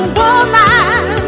woman